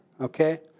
okay